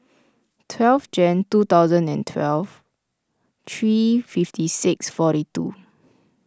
twelve Jan two thousand and twelve three fifty six forty two